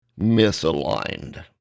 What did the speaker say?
misaligned